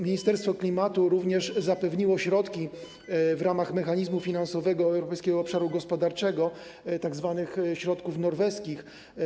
Ministerstwo Klimatu zapewniło również środki w ramach mechanizmu finansowego Europejskiego Obszaru Gospodarczego, tzw. środków norweskich.